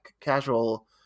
casual